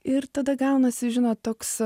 ir tada gaunasi žinot toks